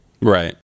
Right